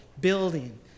building